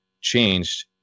changed